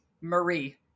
marie